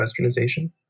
Westernization